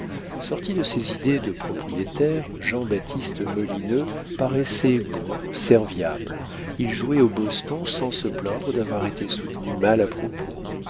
sorti de ses idées de propriétaire jean-baptiste molineux paraissait bon serviable il jouait au boston sans se plaindre d'avoir été soutenu mal à propos